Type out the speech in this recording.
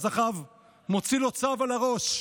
אז אחאב מוציא לו צו על הראש,